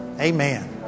Amen